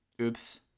oops